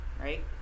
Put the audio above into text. right